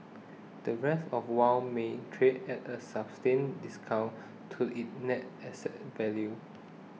the rest of Wharf may trade at a substantial discount to its net asset value